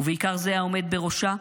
ובעיקר זה העומד בראשה,